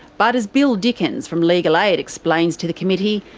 but as bill dickens from legal aid explains to the committee,